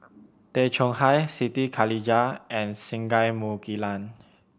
Tay Chong Hai Siti Khalijah and Singai Mukilan